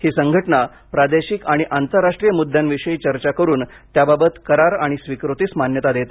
ही संघटना प्रादेशिक आणि आंतरराष्ट्रीय मुद्यांविषयी चर्चा करून त्याबाबत करार आणि स्वीकृतीस मान्यता देते